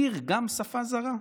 מתיר גם שפה זרה.